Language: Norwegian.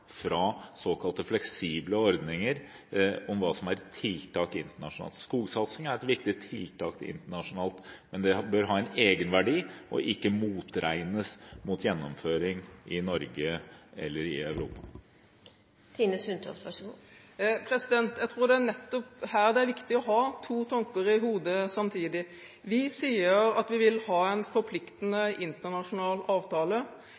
fra såkalte fleksible ordninger, fra tiltak internasjonalt. Skogsatsing er et viktig tiltak internasjonalt, men det bør ha en egenverdi og ikke motregnes mot gjennomføring i Norge eller Europa. Jeg tror det er nettopp her det er viktig å ha to tanker i hodet samtidig. Vi sier at vi vil ha en forpliktende, internasjonal avtale.